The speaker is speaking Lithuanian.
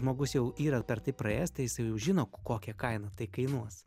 žmogus jau yra per tai praėjęs tai jisai jau žino kokią kainą tai kainuos